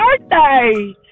birthday